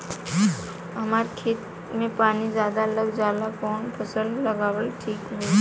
हमरा खेत में पानी ज्यादा लग जाले कवन फसल लगावल ठीक होई?